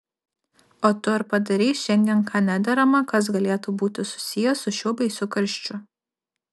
o tu ar padarei šiandien ką nederama kas galėtų būti susiję su šiuo baisiu karščiu